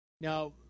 Now